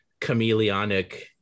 chameleonic